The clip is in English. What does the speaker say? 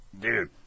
Dude